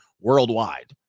worldwide